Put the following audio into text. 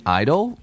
idol